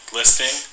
listing